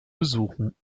besuchen